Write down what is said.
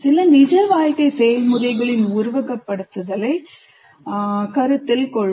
சில நிஜ வாழ்க்கை செயல்முறைகளின் உருவகப்படுத்துதலைக் கருத்தில் கொள்வோம்